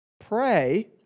Pray